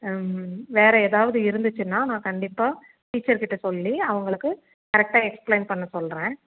வேறு ஏதாவது இருந்துச்சுன்னால் நான் கண்டிப்பாக டீச்சர் கிட்ட சொல்லி அவங்களுக்கு கரெக்ட்டாக எக்ஸ்பிளைன் பண்ண சொல்கிறேன்